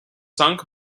sunk